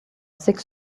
six